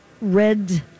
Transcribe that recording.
red